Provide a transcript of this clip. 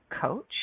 coach